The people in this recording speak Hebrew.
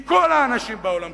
מכל האנשים בעולם,